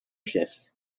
shifts